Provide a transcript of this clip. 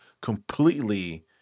completely –